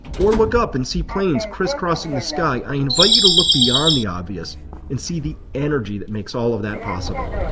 or look up and see planes criss-crossing the sky, i invite you to look beyond the obvious and see the energy that makes all of that possible.